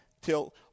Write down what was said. till